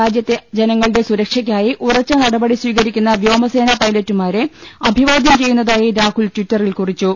രാജ്യത്തെ ജനങ്ങളുടെ സുരക്ഷക്കായി ഉറച്ചു നടപടി സ്വീകരി ക്കുന്ന വ്യോമസേനാ പൈലറ്റുമാരെ അഭിവാദ്യം ചെയ്യുന്നതായി രാഹുൽ ട്വിറ്ററിൽ കുറിച്ചു